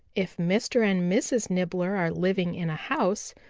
if mr. and mrs. nibbler are living in a house,